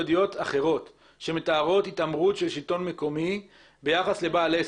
עדויות אחרות שמתארות התעמרות של שלטון מקומי ביחס לבעל עסק.